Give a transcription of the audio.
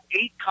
eight